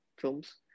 films